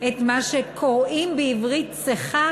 את מה שקוראים בעברית צחה